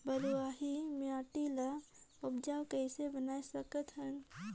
बलुही माटी ल उपजाऊ कइसे बनाय सकत हन?